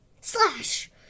Slash